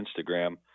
Instagram